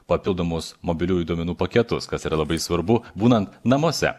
papildomus mobiliųjų duomenų paketus kas yra labai svarbu būnant namuose